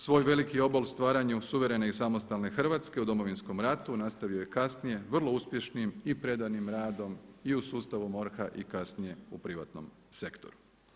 Svoj veliki obol stvaranju suverene i samostalne Hrvatske u Domovinskom ratu nastavio je kasnije vrlo uspješnim i predanim radom i u sustavu MORH-a i kasnije u privatnom sektoru.